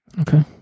Okay